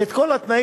ואת כל התנאים.